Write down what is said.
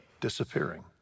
disappearing